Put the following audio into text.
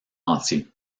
entier